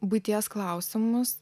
buities klausimus